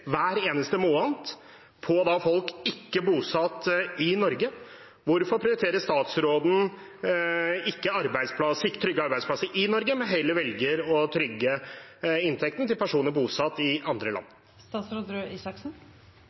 hver eneste måned på folk ikke bosatt i Norge. Hvorfor prioriterer ikke statsråden trygge arbeidsplasser i Norge, men velger heller å trygge inntekten til personer bosatt i andre